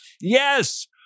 Yes